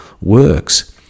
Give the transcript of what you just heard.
works